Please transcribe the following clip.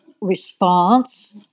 response